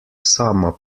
sama